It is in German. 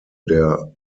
der